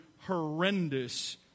horrendous